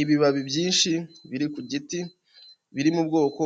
Ibibabi byinshi biri ku giti, biri mu bwoko